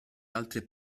altre